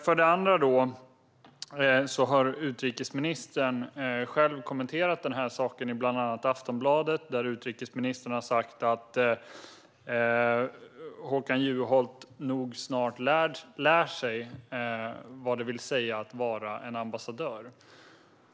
För det andra har utrikesministern själv kommenterat saken i bland annat Aftonbladet, där utrikesministern har sagt att Håkan Juholt nog snart lär sig vad det vill säga att vara ambassadör.